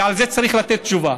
ועל זה צריך לתת תשובה.